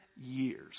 years